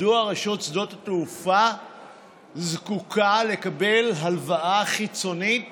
מדוע רשות שדות התעופה זקוקה לקבל הלוואה חיצונית